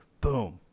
Boom